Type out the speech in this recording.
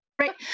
Right